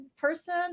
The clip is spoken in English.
person